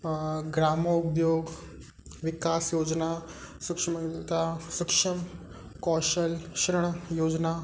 ग्रामो उद्योग विकास योजिना सुक्षमलता सक्षम कौशल ऋण योजिना